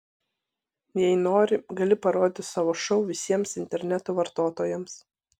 jei nori gali parodyti savo šou visiems interneto vartotojams